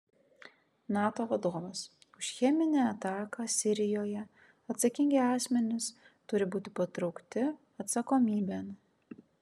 nato vadovas už cheminę ataką sirijoje atsakingi asmenys turi būti patraukti atsakomybėn